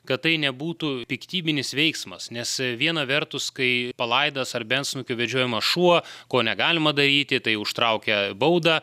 kad tai nebūtų piktybinis veiksmas nes viena vertus kai palaidas ar be antsnukio vedžiojamas šuo ko negalima daryti tai užtraukia baudą